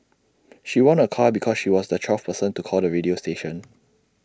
she won A car because she was the twelfth person to call the radio station